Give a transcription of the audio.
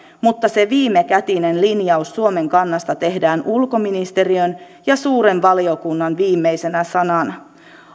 mutta se viimekätinen linjaus suomen kannasta tehdään ulkoministeriön ja suuren valiokunnan viimeisenä sanana